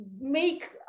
make